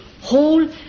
whole